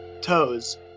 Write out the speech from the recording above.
toes